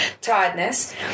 tiredness